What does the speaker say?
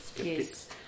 Yes